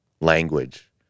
language